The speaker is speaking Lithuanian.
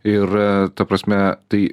ir ta prasme tai